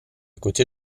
côté